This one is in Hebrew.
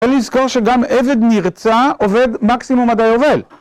אפשר לזכור שגם עבד נרצע עובד מקסימום עד היובל.